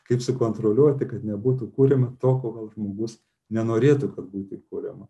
kaip sukontroliuoti kad nebūtų kuriama to ko gal žmogus nenorėtų būti kuriama